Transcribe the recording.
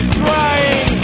drying